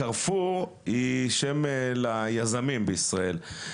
'קרפור' היא שם ליזמים בישראל.